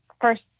first